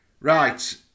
Right